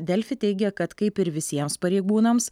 delfi teigė kad kaip ir visiems pareigūnams